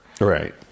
Right